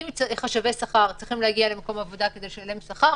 אם חשבי השכר צריכים להגיע למקום עבודה כדי לשלם שכר,